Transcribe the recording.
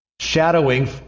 shadowing